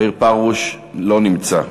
מאיר פרוש לא נמצא.